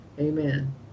Amen